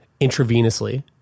intravenously